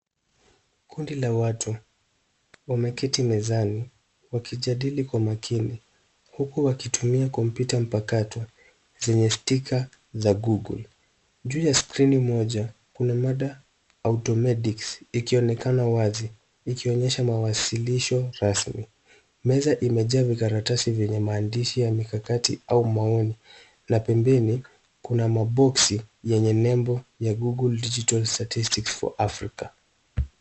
Kundi la watu, wameketi mezani wakijadili kwa makini huku wakitumia kompyuta mpakato zenye stika za Google . Juu ya skrini moja kuna mada automedics ikionekana wazi, ikionyesha mawasilisho rasmi. Meza imejaa vikaratasi vyenye maandishi ya mikakati au maoni na pembeni kuna maboxi yenye nembo ya Google Digital Statistics For Africa .